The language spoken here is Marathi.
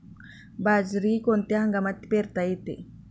बाजरी कोणत्या हंगामात पेरता येते?